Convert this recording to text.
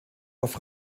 auf